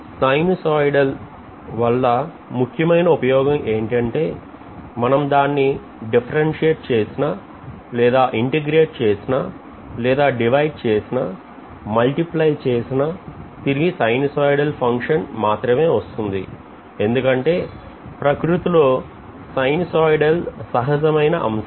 sinusoidal వల్ల ముఖ్యమైన ఉపయోగం ఏమిటంటే మనం దాన్ని differentiate చేసిన లేదా integrate చేసిన లేదా divide చేసిన multiply చేసిన తిరిగి sinusoidal ఫంక్షన్ మాత్రమే వస్తుంది ఎందుకంటే ప్రకృతిలో sinusoidal సహజమైన అంశము